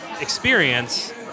experience